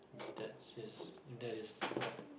that's is that is what